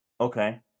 Okay